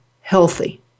healthy